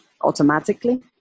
automatically